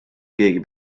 keegi